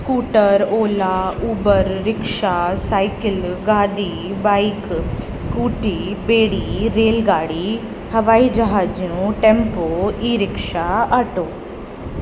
scooter Ola Uber rickshaw cycle गाॾी bike scooty ॿेड़ी rail गाॾी हवाई जहाज ऐं टैम्पो ई रिक्शा ऑटो